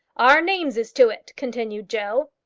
our names is to it, continued joe.